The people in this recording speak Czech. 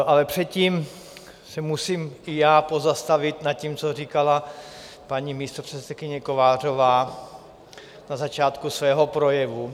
Ale předtím se musím i já pozastavit nad tím, co říkala paní místopředsedkyně Kovářová na začátku svého projevu.